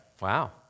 Wow